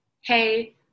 hey